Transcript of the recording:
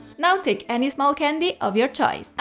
now take any small candy of your choice.